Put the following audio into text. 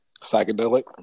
psychedelic